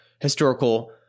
historical